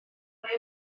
mae